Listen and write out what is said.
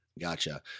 Gotcha